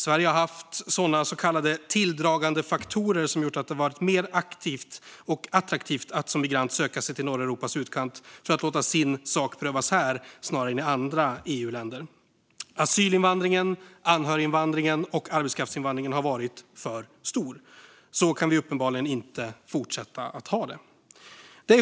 Sverige har haft sådana så kallade tilldragandefaktorer som gjort det mer attraktivt att som migrant söka sig till norra Europas utkant för att låta sin sak prövas här än att göra det i andra EU-länder. Asylinvandringen, anhöriginvandringen och arbetskraftsinvandringen har varit för stor. Så kan vi uppenbarligen inte fortsätta att ha det.